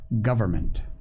government